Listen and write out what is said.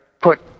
put